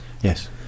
Yes